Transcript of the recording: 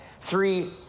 three